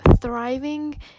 thriving